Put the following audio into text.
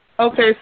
Okay